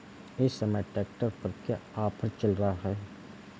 इस समय ट्रैक्टर पर क्या ऑफर चल रहा है?